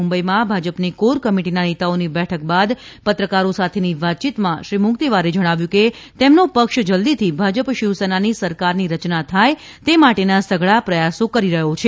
મુંબઇમાં ભાજપની કોર કમિટીના નેતાઓની બેઠક બાદ પત્રકારો સાથેની વાતચીતમાં શ્રી મુંગતીવારે જણાવ્યું કે તેમનો પક્ષ જલદીથી ભાજપ શિવસેનાની સરકારની રચના થાય તે માટેના સઘળા પ્રયાસો કરી રહ્યો છે